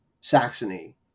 Saxony